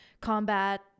Combat